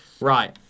Right